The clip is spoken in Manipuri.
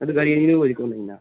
ꯑꯗꯣ ꯒꯥꯔꯤ ꯑꯅꯤꯗꯣ ꯑꯣꯏꯔꯗꯤ ꯀꯣꯅꯦꯗꯅ